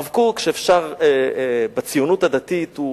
הרב קוק, שבציונות הדתית הוא